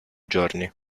giorni